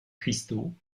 cristaux